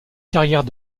carrière